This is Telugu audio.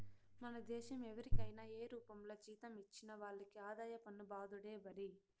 మన దేశం ఎవరికైనా ఏ రూపంల జీతం ఇచ్చినా వాళ్లకి ఆదాయ పన్ను బాదుడే మరి